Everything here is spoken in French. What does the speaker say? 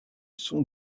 sont